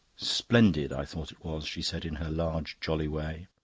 splendid, i thought it was, she said in her large, jolly way.